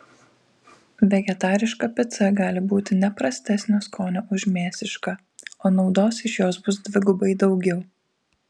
vegetariška pica gali būti ne prastesnio skonio už mėsišką o naudos iš jos bus dvigubai daugiau